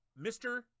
Mr